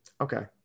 Okay